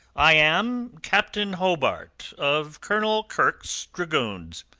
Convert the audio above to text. i am captain hobart, of colonel kirke's dragoons.